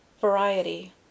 Variety